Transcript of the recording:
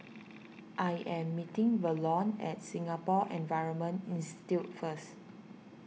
I am meeting Verlon at Singapore Environment Institute first